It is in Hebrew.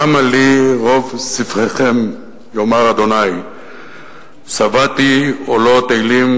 למה לי רוב זבחיכם יאמר ה' שבעתי עולות אילים